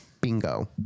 Bingo